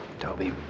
Toby